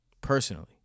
personally